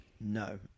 No